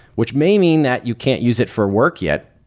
which may mean that you can't use it for work yet,